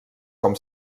com